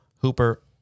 Hooper